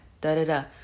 Da-da-da